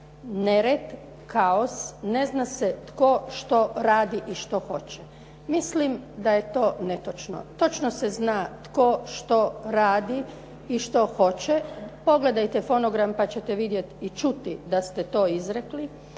nered, kaos, ne zna se tko što radi i što hoće.". Mislim da je to netočno. Točno se zna tko što radi i što hoće. Pogledajte fonogram pa ćete vidjeti i čuti da ste to izrekli.